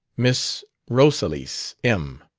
miss rosalys m,